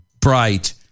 bright